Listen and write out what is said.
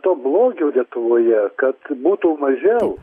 to blogio lietuvoje kad būtų mažiau